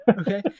Okay